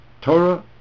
Torah